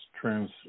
trans